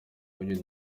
ibyo